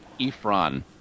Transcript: Efron